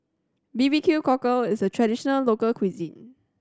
B B Q Cockle is a traditional local cuisine